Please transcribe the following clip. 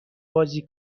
بازی